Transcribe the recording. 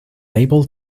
able